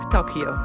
Tokyo